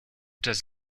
does